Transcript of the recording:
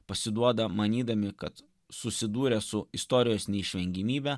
pasiduoda manydami kad susidūrę su istorijos neišvengiamybe